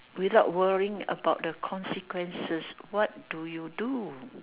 without worrying about the consequences what do you do